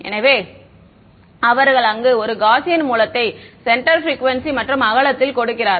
எனவே அவர்கள் அங்கு ஒரு காஸியன் மூலத்தைக் சென்டர் ப்ரிக்குவேன்சி மற்றும் அகலத்தில் கொடுக்கிறார்கள்